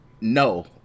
No